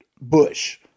Bush